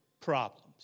problems